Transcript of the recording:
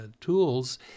tools